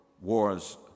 wars